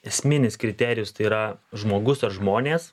esminis kriterijus tai yra žmogus ar žmonės